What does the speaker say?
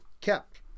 kept